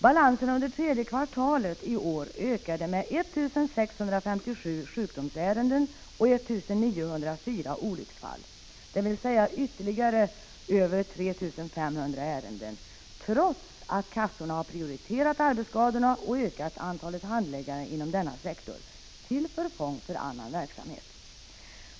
Balanserna under tredje kvartalet i år ökade med 1 657 sjukdomsärenden och 1904 olycksfall, dvs. med ytterligare över 3 500 ärenden, trots att kassorna har prioriterat arbetsskadorna och ökat antalet handläggare inom denna sektor — till förfång för annan verksamhet.